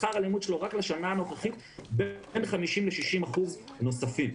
שכר הלימוד שלו רק לשנה הנוכחית בין 50% ל-60% נוספים.